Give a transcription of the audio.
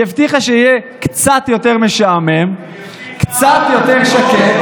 היא הבטיחה שיהיה קצת יותר משעמם, קצת יותר שקט,